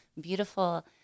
beautiful